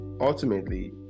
ultimately